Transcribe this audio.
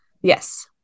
Yes